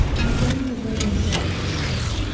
and when the wedding day was come,